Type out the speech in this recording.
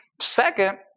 Second